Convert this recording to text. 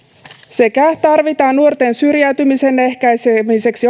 ja tarvitaan nuorten syrjäytymisen ehkäisemiseksi